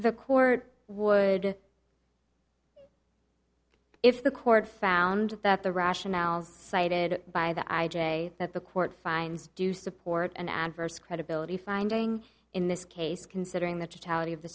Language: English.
the court would if the court found that the rationales cited by the i j a that the court finds do support an adverse credibility finding in this case considering the